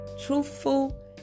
truthful